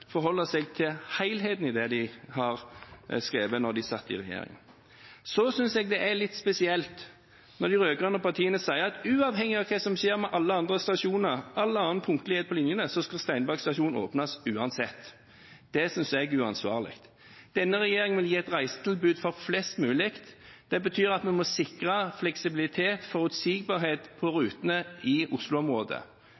forholde seg til helheten i det de skrev, da de satt i regjering. Så synes jeg det er litt spesielt når de rød-grønne partiene sier at uavhengig av hva som skjer med alle andre stasjoner, all annen punktlighet på linjene, skal Steinberg stasjon åpnes, uansett. Det synes jeg er uansvarlig. Denne regjeringen vil gi et reisetilbud til flest mulig. Det betyr at vi må sikre fleksibilitet, forutsigbarhet, på